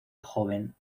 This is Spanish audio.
joven